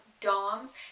DOMS